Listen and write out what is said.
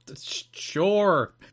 Sure